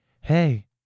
hey